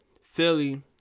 Philly